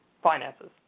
Finances